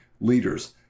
leaders